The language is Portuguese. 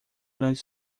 grande